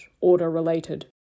order-related